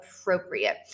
appropriate